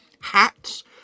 hats